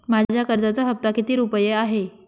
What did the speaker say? माझ्या कर्जाचा हफ्ता किती रुपये आहे?